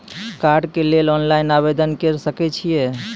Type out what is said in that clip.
कार्डक लेल ऑनलाइन आवेदन के सकै छियै की?